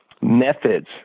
methods